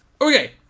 Okay